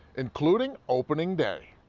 including opening day.